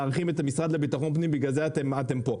הם מארחים את המשרד לביטחון פנים ובגלל זה אתם פה.